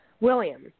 William